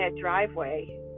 driveway